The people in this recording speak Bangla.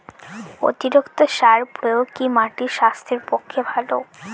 অতিরিক্ত সার প্রয়োগ কি মাটির স্বাস্থ্যের পক্ষে ভালো?